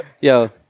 Yo